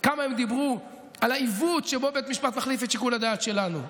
כמה הם דיברו על העיוות שבו בית המשפט מחליף את שיקול הדעת שלנו,